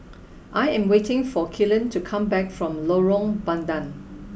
I am waiting for Kellen to come back from Lorong Bandang